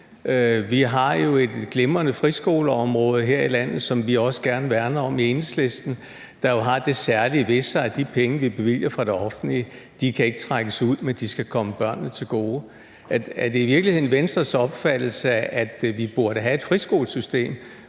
Vi har jo et glimrende friskoleområde her i landet, som vi også gerne værner om i Enhedslisten. Friskolerne har jo det særlige ved sig, at de penge, vi bevilger fra det offentlige, ikke kan trækkes ud, for de skal komme børnene til gode. Er det i virkeligheden Venstres opfattelse, at vi burde have et friskolesystem,